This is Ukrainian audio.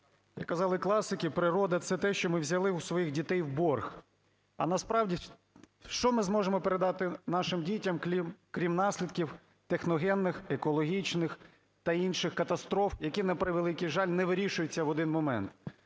Як казали класики: природа – це те, що ми взяли у своїх дітей в борг. А насправді, що ми зможемо передати нашим дітям, крім наслідків техногенних, екологічних та інших катастроф, які, на превеликий жаль, не вирішуються в один момент?